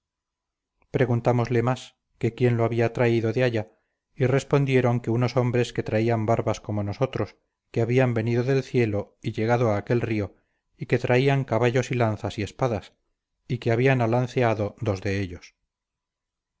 preguntámosle más que quién la había traído de allá y respondieron que unos hombres que traían barbas como nosotros que habían venido del cielo y llegado a aquel río y que traían caballos y lanzas y espadas y que habían alanceado dos de ellos